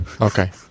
Okay